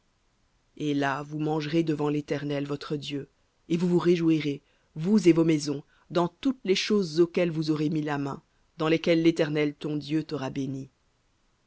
et là vous mangerez devant l'éternel votre dieu et vous vous réjouirez vous et vos maisons dans toutes les choses auxquelles vous aurez mis la main dans lesquelles l'éternel ton dieu t'aura béni